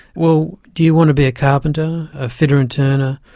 well, do you want to be a carpenter, a fitter and turner,